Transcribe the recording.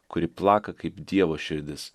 kuri plaka kaip dievo širdis